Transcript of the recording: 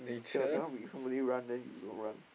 cannot cannot be somebody run then you don't run